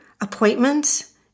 Appointments